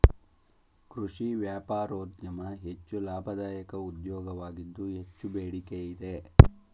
ಕೃಷಿ ವ್ಯಾಪಾರೋದ್ಯಮ ಹೆಚ್ಚು ಲಾಭದಾಯಕ ಉದ್ಯೋಗವಾಗಿದ್ದು ಹೆಚ್ಚು ಬೇಡಿಕೆ ಇದೆ